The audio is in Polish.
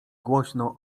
głośno